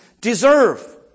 deserve